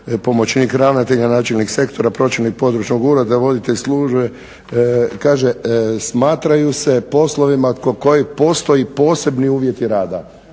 pomoćnik ravnatelja, načelnik sektora, pročelnik područnog ureda, voditelj službe, kaže smatraju se poslovima kod kojih postoje posebni uvjeti rada.